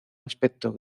aspecto